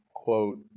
Quote